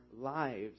lives